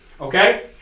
Okay